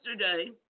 yesterday